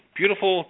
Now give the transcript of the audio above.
beautiful